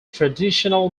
traditional